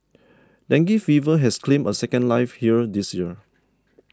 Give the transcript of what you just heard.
dengue fever has claimed a second life here this year